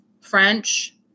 French